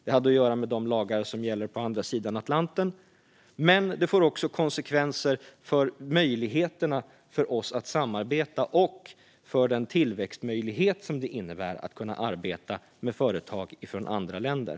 Det hade att göra med de lagar som gäller på andra sidan Atlanten, men det får också konsekvenser för möjligheterna för oss att samarbeta och för den tillväxtmöjlighet som det innebär att kunna arbeta med företag från andra länder.